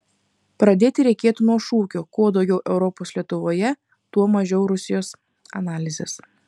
pradėti reikėtų nuo šūkio kuo daugiau europos lietuvoje tuo mažiau rusijos analizės